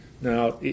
Now